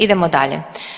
Idemo dalje.